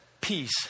peace